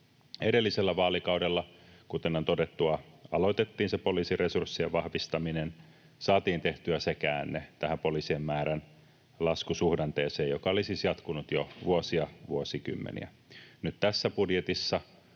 Edellisellä vaalikaudella, kuten todettua, aloitettiin se poliisiresurssien vahvistaminen. Saatiin tehtyä se käänne tähän poliisien määrän laskusuhdanteeseen, joka oli siis jatkunut jo vuosia, vuosikymmeniä. Nyt tässä budjetissa